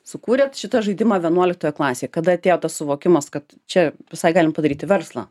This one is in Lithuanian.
sukūrėt šitą žaidimą vienuoliktoje klasėj kada atėjo tas suvokimas kad čia visai galima padaryti verslą